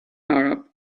arab